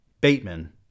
Bateman